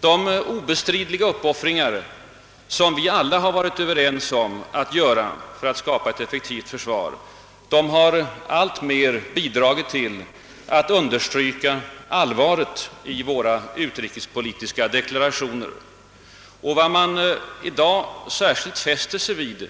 De obestridliga uppoffringar som vi alla har varit överens om att göra för att skapa ett effektivt försvar har alltmer bidragit till att understryka allvaret i våra utrikespolitiska deklarationer. Vad man i dag särskilt fäster sig vid